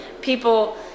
people